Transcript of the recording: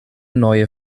neue